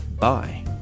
bye